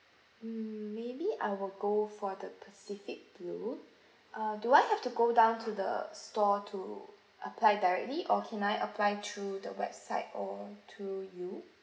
mm maybe I will go for the pacific blue uh do I have to go down to the store to apply directly or can I apply through the website or through you